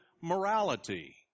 morality